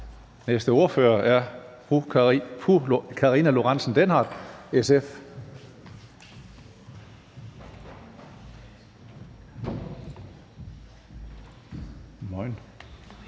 næste ordfører er fru Karina Lorentzen Dehnhardt, SF. Kl.